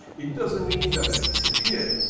it doesn't mean that it's disappeared.